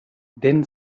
then